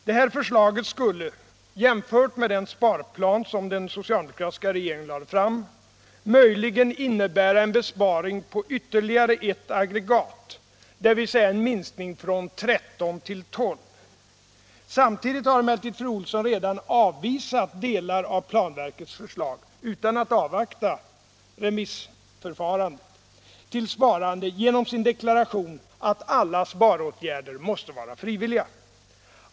Det här förslaget skulle, jämfört med den sparplan som den socialdemokratiska regeringen lade fram, möjligen innebära en besparing med ytterligare ett aggregat, dvs. en minskning från 13 till 12. Samtidigt har emellertid fru Olsson, genom sin deklaration att alla sparåtgärder måste vara frivilliga, utan att avvakta remissförfarandet redan avvisat delar av planverkets förslag till sparande.